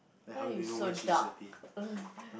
why you so dark